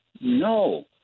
no